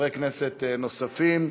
וחברי כנסת נוספים.